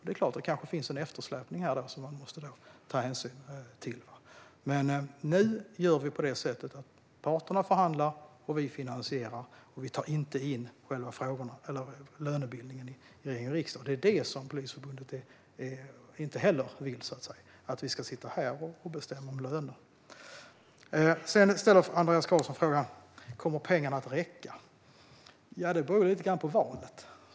Det kanske finns en eftersläpning här som man måste ta hänsyn till. Men nu låter vi parterna förhandla. Vi finansierar, och vi tar inte in själva lönebildningen i regering och riksdag. Polisförbundet vill inte heller att vi ska sitta här och bestämma om löner. Andreas Carlson ställer frågan om pengarna kommer att räcka. Ja, det beror lite grann på valet.